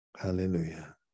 hallelujah